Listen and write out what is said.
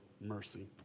mercy